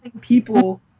people